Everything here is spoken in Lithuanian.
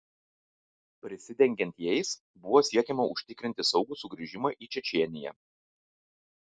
prisidengiant jais buvo siekiama užsitikrinti saugų sugrįžimą į čečėniją